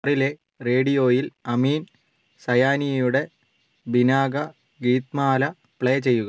റിലെ റേഡിയോയിൽ അമീൻ സയാനിയുടെ Binaca Geetmala play ചെയ്യുക